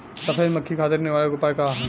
सफेद मक्खी खातिर निवारक उपाय का ह?